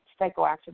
psychoactive